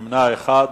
נגד, אין, ונמנע אחד.